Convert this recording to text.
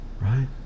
right